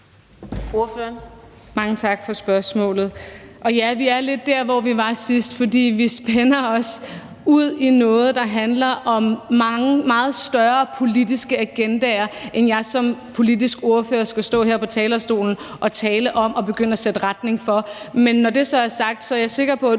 Mange tak for spørgsmålet. Ja, vi er lidt der, hvor vi var sidst, for vi kaster os ud i noget, der handler om meget større politiske agendaer, end jeg som politisk ordfører skal stå her på talerstolen og tale om og begynde at sætte en retning for. Men når det så er sagt, er jeg sikker på, at